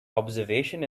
observation